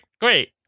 Great